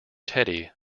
teddy